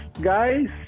guys